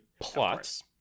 plots